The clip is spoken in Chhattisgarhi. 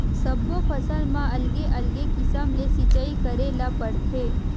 सब्बो फसल म अलगे अलगे किसम ले सिचई करे ल परथे